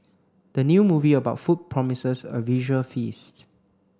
the new movie about food promises a visual feast